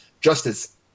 justice